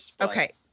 Okay